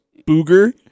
Booger